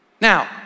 Now